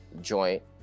joint